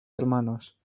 hermanos